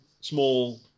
small